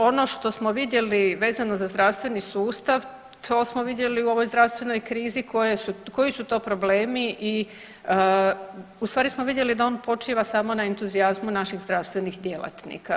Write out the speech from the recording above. Ono što smo vidjeli vezano za zdravstveni sustav to smo vidjeli u ovoj zdravstvenoj krizi koji su to problemi i u stvari smo vidjeli da on počiva samo na entuzijazmu naših zdravstvenih djelatnika.